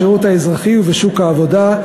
בשירות האזרחי ובשוק העבודה,